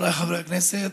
חבריי חברי הכנסת,